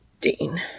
Dean